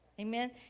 Amen